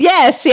Yes